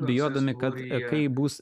bijodami kad kai bus